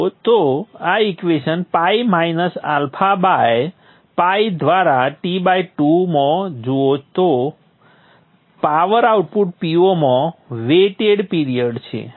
તો આ equation pi minus alpha by pi દ્વારા T2 માં જુઓ તો પાવર આઉટપુટ Po માં વેટેડ પિરીઅડ છે